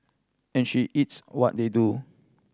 and she eats what they do